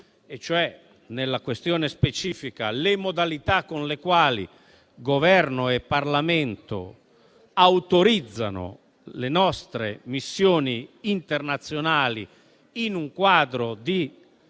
e cioè, nella questione specifica, le modalità con le quali Governo e Parlamento autorizzano le nostre missioni internazionali in un quadro di